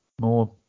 more